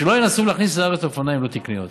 ושלא ינסו להכניס לארץ אופניים לא תקניים.